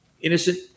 Innocent